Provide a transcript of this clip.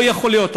לא יכול להיות,